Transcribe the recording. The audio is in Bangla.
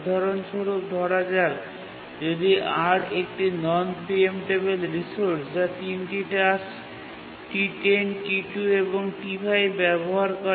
উদাহরণস্বরূপ ধরা যাক যদি R একটি নন প্রিএম্পটেবিল রিসোর্স যা তিনটি টাস্ক T10 T2 এবং T5 ব্যবহার করে